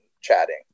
chatting